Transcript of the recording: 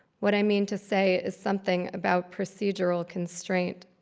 what i mean to say is something about procedural constraint.